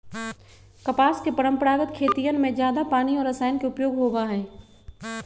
कपास के परंपरागत खेतियन में जादा पानी और रसायन के उपयोग होबा हई